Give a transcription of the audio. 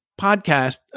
podcast